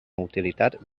utilitat